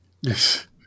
Yes